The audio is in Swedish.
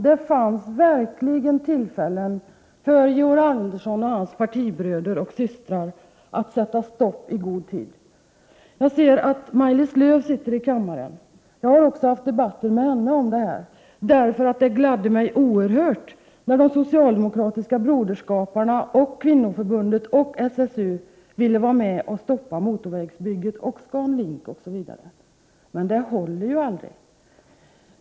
Det fanns verkligen tillfällen för Georg Andersson och hans partibröder och systrar att sätta stopp i god tid. Jag ser att Maj-Lis Lööw sitter här i kammaren. Jag har haft debatter också med henne om detta. Det gladde mig oerhört när broderskaparna, det socialdemokratiska kvinnoförbundet och SSU ville vara med om att stoppa motorvägsbygget, ScanLink osv., men det håller ju inte.